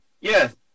yes